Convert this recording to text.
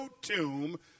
tomb